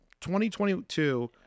2022